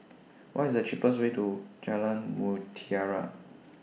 What IS The cheapest Way to Jalan Mutiara